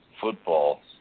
football